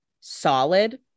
solid